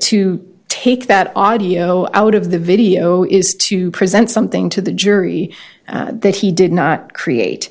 to take that audio out of the video is to present something to the jury that he did not create